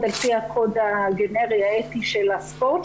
על פי הקוד הגנרי האתי של הספורט,